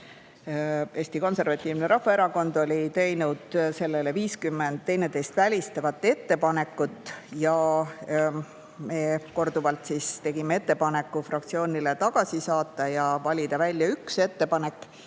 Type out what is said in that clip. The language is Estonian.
Eesti Konservatiivne Rahvaerakond oli teinud selle kohta 50 teineteist välistavat ettepanekut. Me tegime korduvalt ettepaneku need fraktsioonile tagasi saata ja valida välja üks ettepanek.